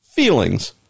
Feelings